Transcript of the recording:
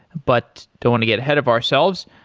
but don't want to get ahead of ourselves.